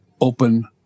open